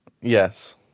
Yes